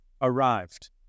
Arrived